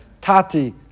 Tati